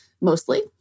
mostly